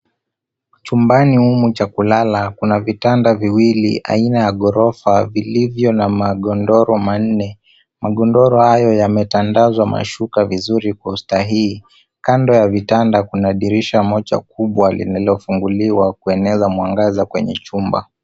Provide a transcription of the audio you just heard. Chumbani humu cha kulala kuna vitanda viwili aina ya ghorofa vilivyo na magodoro manne. Magodoro hayo yametandazwa mashuka vizuri kwa usahihi, kando ya vitanda kuna dirisha moja kubwa linalofunguliwa kueneza mwangaza kwenye chumba.